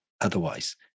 otherwise